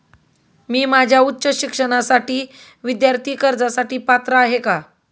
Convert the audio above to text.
मी माझ्या उच्च शिक्षणासाठी विद्यार्थी कर्जासाठी पात्र आहे का?